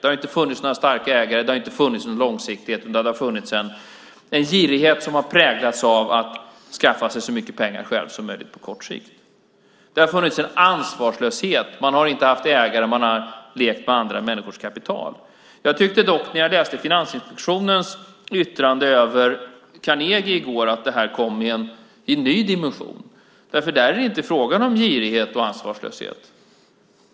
Det har inte funnits några starka ägare. Det har inte funnits någon långsiktighet utan det har funnits en girighet som har präglats av att skaffa sig själv så mycket pengar som möjligt på kort sikt. Det har funnits en ansvarslöshet. Man har inte haft ägare och man har lekt med andra människors kapital. Jag tyckte dock när jag läste Finansinspektionens yttrande över Carnegie i går att det kom i en ny dimension, därför att det där inte är fråga om girighet och ansvarslöshet.